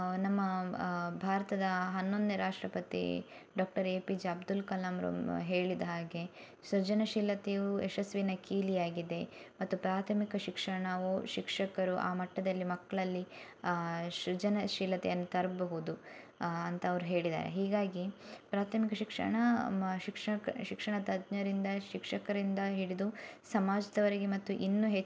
ನಮ್ಮ ಭಾರತದ ಹನ್ನೊಂದನೇ ರಾಷ್ಟ್ರಪತಿ doctor A P J Abdul ಕಲಾಮ್ರು ಹೇಳಿದ ಹಾಗೆ ಸೃಜನಶೀಲತೆಯು ಯಶಸ್ಸಿನ ಕೀಲಿಯಾಗಿದೆ ಮತ್ತು ಪ್ರಾಥಮಿಕ ಶಿಕ್ಷಣವು ಶಿಕ್ಷಕರು ಆ ಮಟ್ಟದಲ್ಲಿ ಮಕ್ಕಳಲ್ಲಿ ಸೃಜನಶೀಲತೆಯನ್ನು ತರಬಹುದು ಅಂತ ಅವ್ರು ಹೇಳಿದ್ದಾರೆ ಹೀಗಾಗಿ ಪ್ರಾಥಮಿಕ ಶಿಕ್ಷಣ ಶಿಕ್ಷಕ ಶಿಕ್ಷಣ ತಜ್ಞರಿಂದ ಶಿಕ್ಷಕರಿಂದ ಹಿಡಿದು ಸಮಾಜದವರೆಗೆ ಮತ್ತು ಇನ್ನು